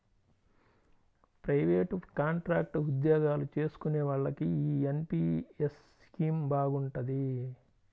private, contract ఉద్యోగాలు చేసుకునే వాళ్లకి యీ ఎన్.పి.యస్ స్కీమ్ బాగుంటది